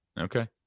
Okay